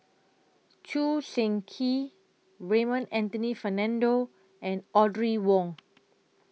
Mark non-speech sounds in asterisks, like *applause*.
*noise* Choo Seng Quee Raymond Anthony Fernando and Audrey Wong